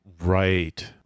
Right